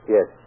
Yes